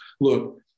Look